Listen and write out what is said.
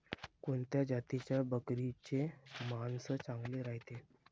कोनच्या जातीच्या बकरीचे मांस चांगले रायते?